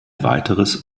weiteres